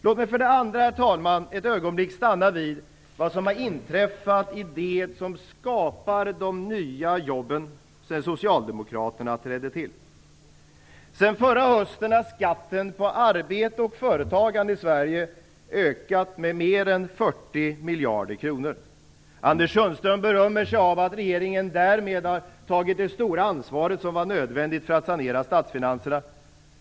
Låt mig också, herr talman, stanna vid det som har inträffat, vad gäller det som skapar de nya jobben, sedan Socialdemokraterna tillträdde. Sedan förra hösten har skatten på arbete och företagande i Sverige ökat med mer än 40 miljarder kronor. Anders Sundström berömmer sig av att regeringen därmed har tagit det stora ansvar som var nödvändigt för att sanera statsfinanserna.